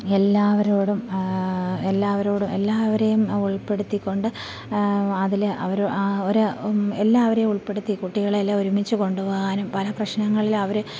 എല്ലാവരോടും എല്ലാവരോടും എല്ലാവരെയും ഉൾപ്പെടുത്തിക്കൊണ്ട് അതില് അവര് അവരെ എല്ലാവരെയും ഉൾപ്പെടുത്തി കുട്ടികളെയെല്ലാം ഒരുമിച്ച് കൊണ്ടു പോവാനും പല പ്രശ്നങ്ങളില് അവര്